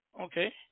okay